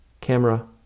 Camera